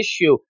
issue